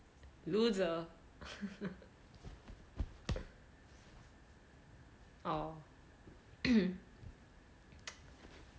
loser orh